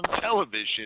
television